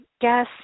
guess